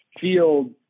field